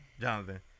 Jonathan